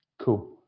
Cool